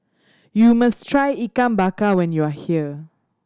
you must try Ikan Bakar when you are here